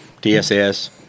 TSS